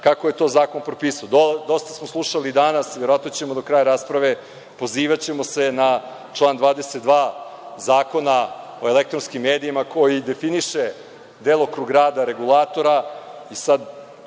kako je to zakon propisao? Dosta smo slušali danas, verovatno ćemo do kraja rasprave, pozivaćemo se na član 22. Zakona o elektronskim medijima koji definiše delokrug rada regulatora.